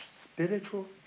spiritual